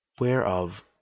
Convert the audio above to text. whereof